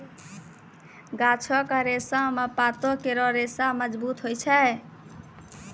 गाछो क रेशा म पातो केरो रेशा मजबूत होय छै